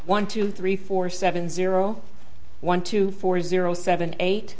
one two three four seven zero one two four zero seven eight